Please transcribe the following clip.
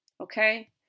Okay